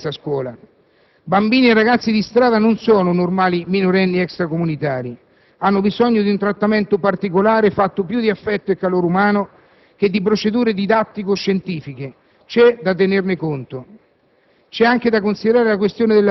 Esiste anche il problema dell'accoglienza a scuola. Bambini e ragazzi di strada non sono normali minorenni extracomunitari: hanno bisogno di un trattamento particolare fatto più di affetto e calore umano che di procedure didattico-scientifiche. C'è da tenerne conto.